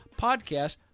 podcast